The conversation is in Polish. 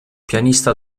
pianista